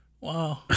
Wow